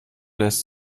lässt